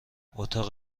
اتاق